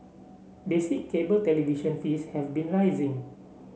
basic cable television fees have been rising